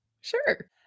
Sure